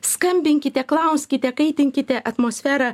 skambinkite klauskite kaitinkite atmosferą